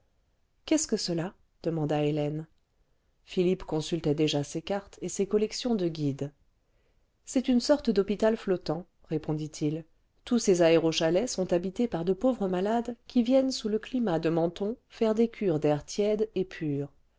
qu'est-ce que cela demanda hélène philippe consultait déjà ses cartes et ses collections de guides ce c'est une sorte d'hôpital flottant répondit-il tous ces aérochalets sont habités par de pauvres malades qui viennent sous le climat de menton faire des cures d'air tiède et pur